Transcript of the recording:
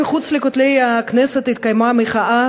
מחוץ לכותלי הכנסת התקיימה מחאה,